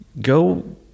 go